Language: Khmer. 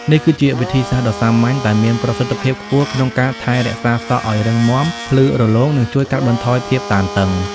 នេះគឺជាវិធីសាស្ត្រដ៏សាមញ្ញតែមានប្រសិទ្ធភាពខ្ពស់ក្នុងការថែរក្សាសក់ឲ្យរឹងមាំ ភ្លឺរលោង និងជួយកាត់បន្ថយភាពតានតឹង។